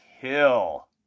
kill